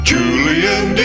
Julian